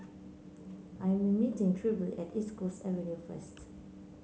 I'm meeting Trilby at East Coast Avenue first